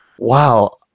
wow